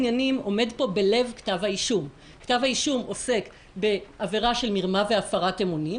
הוא עסק שם באמת בשאלה של חוק מס ריבוי דירות,